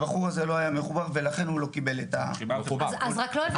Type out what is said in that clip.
הבחור הזה לא היה מחובר ולכן הוא לא קיבל את ה -- אז לא הבנתי,